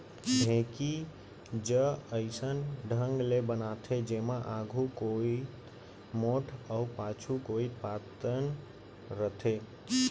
ढेंकी ज अइसन ढंग ले बनाथे जेमा आघू कोइत मोठ अउ पाछू कोइत पातन रथे